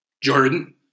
Jordan